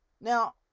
Now